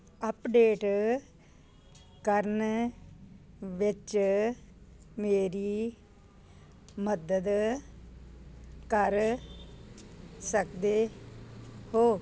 update ਕਰਨ ਵਿੱਚ ਮੇਰੀ ਮਦਦ ਕਰ ਸਕਦੇ ਹੋ